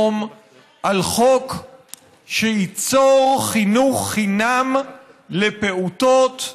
על חוק שייצור חינוך חינם לפעוטות,